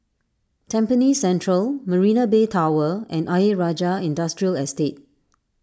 Tampines Central Marina Bay Tower and Ayer Rajah Industrial Estate